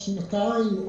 שנתיים,